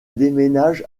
déménage